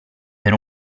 per